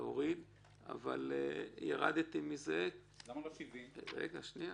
אבל ירדתי מזה --- למה לא 70%?... צודק,